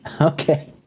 Okay